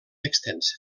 extensa